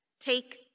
take